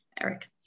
Eric